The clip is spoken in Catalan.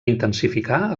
intensificar